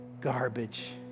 garbage